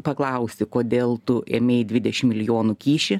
paklausi kodėl tu ėmei dvidešim milijonų kyšį